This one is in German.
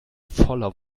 voller